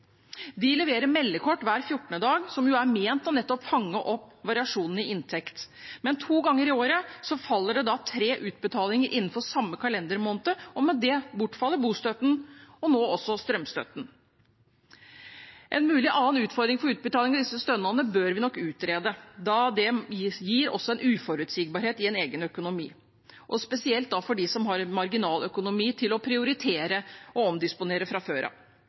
De leverer meldekort hver 14. dag, noe som er ment nettopp å fange opp variasjonene i inntekt. Men to ganger i året faller det tre utbetalinger innenfor samme kalendermåned, og med det bortfaller bostøtten og nå også strømstøtten. En mulig annen utfordring for utbetaling av disse stønadene bør vi nok utrede da det også gir en uforutsigbarhet i egen økonomi, spesielt for dem som har marginal økonomi til å prioritere og omdisponere fra før.